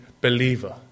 believer